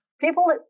People